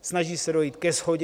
Snažíme se dojít ke shodě.